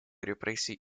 репрессий